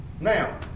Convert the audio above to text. now